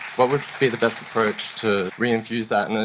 what would be the best approach to reinfuse that, and and